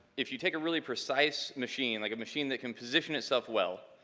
if you take a really precise machine, like a machine that can position itself well,